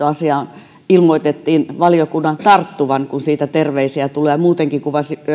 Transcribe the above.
asiaan ilmoitettiin valiokunnan tarttuvan kun siitä terveisiä tulee ja muutenkin